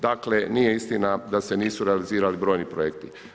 Dakle nije istina da se nisu realizirali brojni projekti.